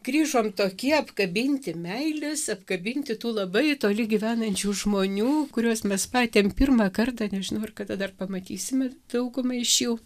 grįžom tokie apkabinti meilės apkabinti tų labai toli gyvenančių žmonių kuriuos mes matėm pirmą kartą nežinau ar kada dar pamatysime dauguma iš jų